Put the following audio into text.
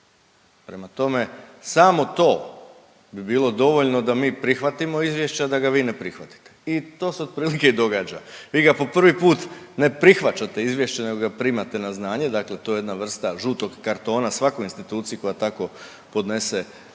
Prema tome, samo to bi bilo dovoljno da mi prihvatimo izvješće, a da ga vi ne prihvatite i to se otprilike i događa. Vi ga po prvi put ne prihvaćate izvješće nego ga primate na znanje, dakle to je jedna vrsta žutog kartona svakoj instituciji koja tako podnese ovaj